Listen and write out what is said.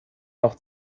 noch